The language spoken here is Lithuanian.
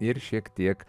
ir šiek tiek